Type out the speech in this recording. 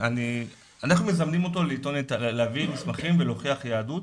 אנחנו מזמנים אותו להביא מסמכים ולהוכיח יהדות.